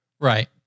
Right